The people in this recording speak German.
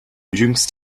jüngst